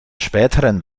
späteren